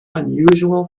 unusual